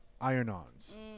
iron-ons